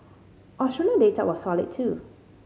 Australian data was solid too